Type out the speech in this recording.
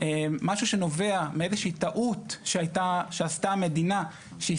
משהו שנובע מאיזושהי טעות שעשתה המדינה שהיא